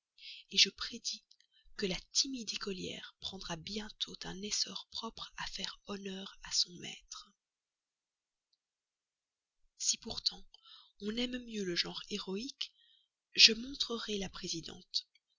moins je prédis que la timide écolière prendra bientôt un essor propre à faire honneur à son maître si pourtant on aime mieux le genre héroïque je montrerai la présidente